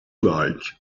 like